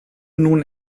nun